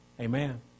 Amen